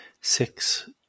six